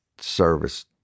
service